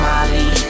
Molly